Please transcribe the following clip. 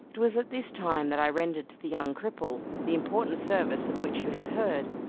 it was at this time that i rendered to the young cripple the important service of which you have heard,